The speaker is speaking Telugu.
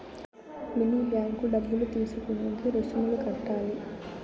మినీ బ్యాంకు డబ్బులు తీసుకునేకి రుసుములు కట్టాలి